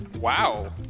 Wow